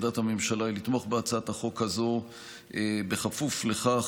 עמדת הממשלה היא לתמוך בהצעת החוק הזו בכפוף לכך,